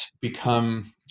become